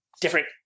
different